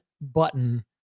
button